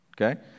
Okay